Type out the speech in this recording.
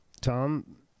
Tom